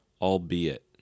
albeit